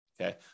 okay